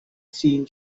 seen